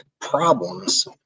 problems